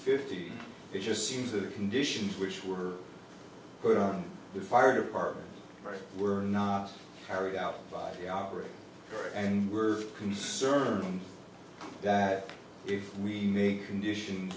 fifty it just seems that the conditions which were put on the fire department were not carried out by the operator and were concerned that if we make condition